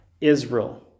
Israel